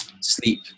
sleep